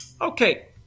okay